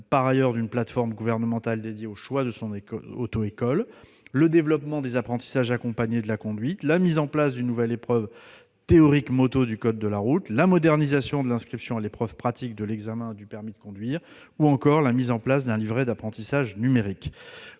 place d'une plateforme gouvernementale dédiée au choix de son auto-école, le développement des apprentissages accompagnés de la conduite, la mise en place d'une nouvelle épreuve théorique moto du code de la route, la modernisation de l'inscription à l'épreuve pratique de l'examen du permis de conduire ou encore la mise en place d'un livret d'apprentissage numérique.